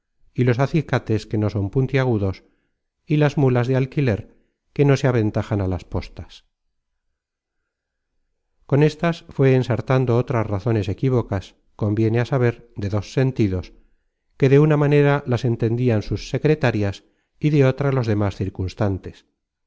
y los acicates que no son puntiagudos y las mulas de alquiler que no se aventajan á las postas con éstas fué ensartando otras razones equívocas conviene á saber de dos sentidos que de una manera las entendian sus secretarias y de otra los demas